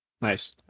Nice